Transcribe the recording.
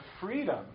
freedom